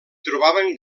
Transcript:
trobaven